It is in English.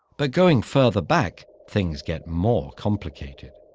but going further back things get more complicated.